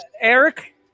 Eric